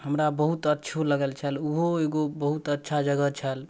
हमरा बहुत अच्छो लागल छल ओहो एगो बहुत अच्छा जगह छल